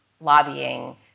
lobbying